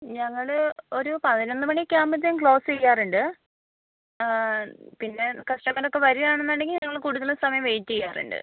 ഞങ്ങൾ ഒരു പതിനൊന്ന് മണിയൊക്കെ ആകുമ്പോഴത്തേക്കും ക്ലോസ് ചെയ്യാറുണ്ട് പിന്നെ കസ്റ്റമറൊക്കെ വരുകയാണെന്നുണ്ടെങ്കിൽ ഞങ്ങൾ കൂടുതൽ സമയം വെയിറ്റ് ചെയ്യാറുണ്ട്